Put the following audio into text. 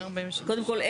קודם כל,